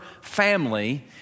family